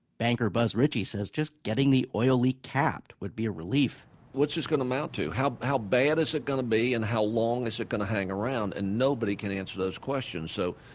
banker buzz richie says just getting the oil leak capped would be a relief what's this going to amount to? how how bad is it going to be? and how long is it going to hang around? and nobody can answer those questions. so,